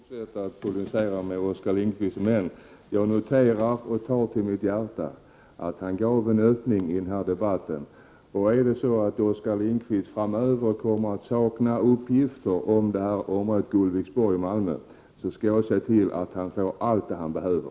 Herr talman! Jag skall inte fortsätta att polemisera mot Oskar Lindkvist. Jag noterar och tar till mitt hjärta att han gav en öppning i denna debatt. Om han framöver kommer att sakna uppgifter om området Gullviksborg i Malmö, skall jag se till att han får allt det han behöver.